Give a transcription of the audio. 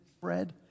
bread